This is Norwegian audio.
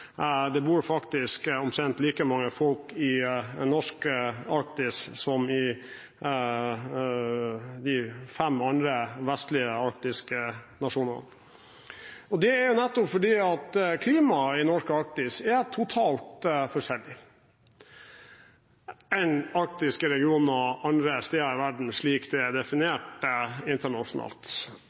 det bor faktisk omtrent like mange folk i norsk Arktis som i de fem andre vestlige arktiske nasjonene. Det er nettopp fordi klimaet i norsk Arktis er totalt forskjellig fra klimaet i arktiske regioner andre steder i verden, slik det er definert internasjonalt.